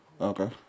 Okay